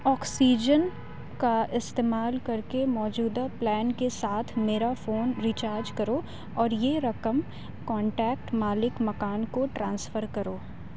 oxygen کا استعمال کر کے موجودہ پلان کے ساتھ میرا فون ریچارج کرو اور یہ رقم کانٹیکٹ مالک مکان کو ٹرانسفر کرو